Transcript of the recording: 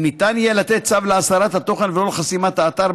אם ניתן יהיה לתת צו להסרת התוכן ולא חסימת האתר,